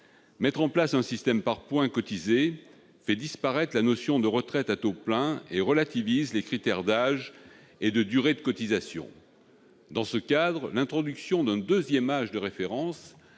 Mettre en place un système par points cotisés fait disparaître la notion de retraite à taux plein et relativise les critères d'âge et de durée de cotisation. Dans ce cadre, l'introduction d'un deuxième âge de référence,